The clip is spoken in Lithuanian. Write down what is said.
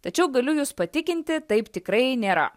tačiau galiu jus patikinti taip tikrai nėra